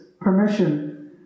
permission